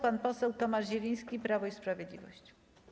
Pan poseł Tomasz Zieliński, Prawo i Sprawiedliwość.